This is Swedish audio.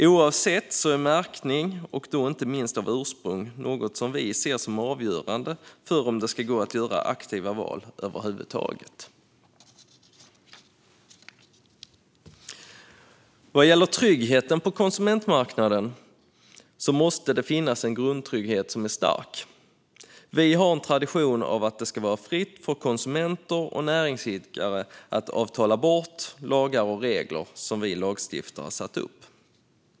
Oavsett vilket är märkning, och då inte minst av ursprung, något vi ser som avgörande för om det ska gå att göra aktiva val över huvud taget. Vad gäller tryggheten på konsumentmarknaden måste det finnas en grundtrygghet som är stark. Vi har en tradition av att det ska vara fritt för konsumenter och näringsidkare att avtala bort lagar och regler som vi lagstiftare har satt upp.